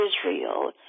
israel